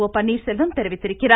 ஒ பன்னீர்செல்வம் தெரிவித்துள்ளார்